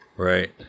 Right